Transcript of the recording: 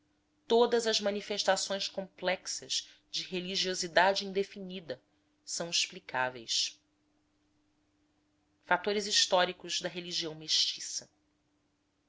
todas as manifestações complexas de religiosidade indefinida são explicáveis fatores históricos da religião mestiça